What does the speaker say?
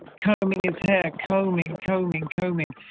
combing his hair, combing, combing, combing.